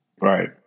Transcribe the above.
Right